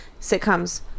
sitcoms